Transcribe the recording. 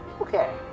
Okay